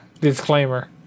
Disclaimer